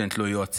נותנת לו יועצים,